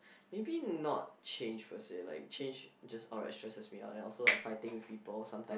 maybe not change first per se like change is just outright stresses me out and also like fighting with people sometime